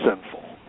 sinful